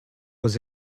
was